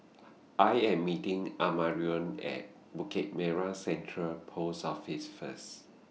I Am meeting Amarion At Bukit Merah Central Post Office First